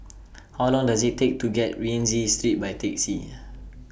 How Long Does IT Take to get Rienzi Street By Taxi